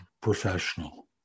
professional